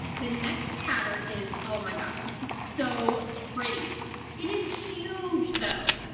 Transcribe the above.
the next pattern is oh my gosh this is so pretty it is huge though.